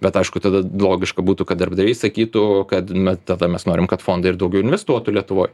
bet aišku tada logiška būtų kad darbdaviai sakytų kad mes tada mes norim kad fondai ir daugiau investuotų lietuvoj